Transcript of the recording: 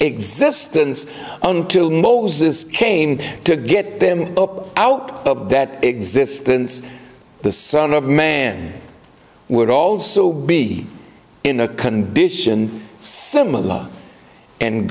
existence until moses came to get them up out of that existence the son of man would also be in a condition similar and